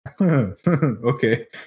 Okay